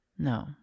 No